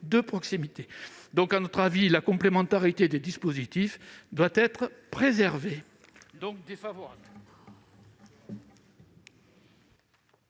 de proximité. À nos yeux, la complémentarité des dispositifs doit être préservée